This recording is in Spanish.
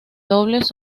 dobles